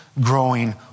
growing